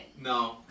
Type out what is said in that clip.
No